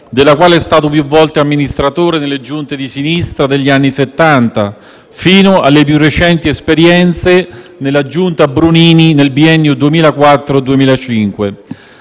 della quale è stato più volte amministratore delle giunte di sinistra negli anni '70, fino alle più recenti esperienze con la giunta Brunini nel biennio 2004-2005.